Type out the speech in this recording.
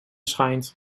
schijnt